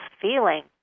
feeling